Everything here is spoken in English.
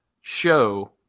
show